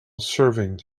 serving